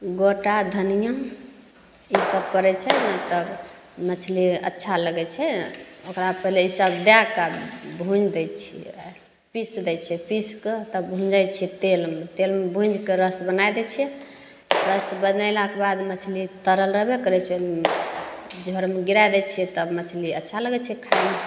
गोटा धनियाँ ईसब पड़ै छै ने तब मछली अच्छा लगै छै ओकरा पहिले ईसब दैके भुनि दै छिए पीसि दै छिए पीसिके तब भुजै छिए तेलमे तेलमे भुजिके रस बनै दै छिए रस बनेलाके बाद मछली तरल रहबे करै छै झोरमे गिरै दै छिए तब मछली अच्छा लगै छै खाइमे